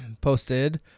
posted